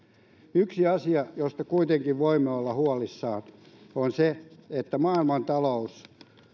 yksi asia josta kuitenkin voimme olla huolissamme on se että maailmantalous